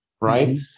right